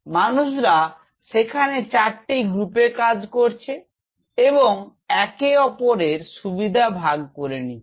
মানুষরা সেখানে চারটি গ্রুপে কাজ করছে এবং একে অপরের সুবিধা ভাগ করে নিচ্ছে